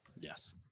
Yes